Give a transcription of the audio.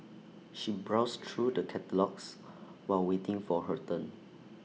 she browsed through the catalogues while waiting for her turn